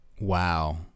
wow